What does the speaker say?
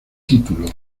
título